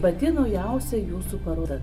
pati naujausia jūsų paroda